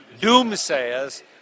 Doomsayers